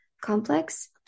complex